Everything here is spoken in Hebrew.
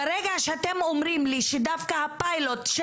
ברגע שאתם אומרים לי שדווקא הפיילוט של